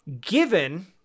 given